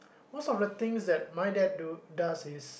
most of the things that my dad do does is